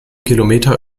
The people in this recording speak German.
kilometer